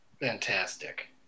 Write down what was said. Fantastic